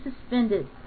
suspended